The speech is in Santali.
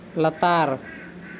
ᱞᱟᱛᱟᱨ